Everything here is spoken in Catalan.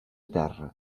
terra